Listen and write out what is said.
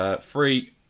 Free